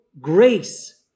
grace